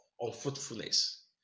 unfruitfulness